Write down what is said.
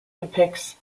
depicts